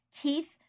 Keith